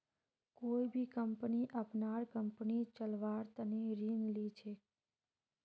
कोई भी कम्पनी अपनार कम्पनी चलव्वार तने ऋण ली छेक